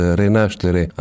renaștere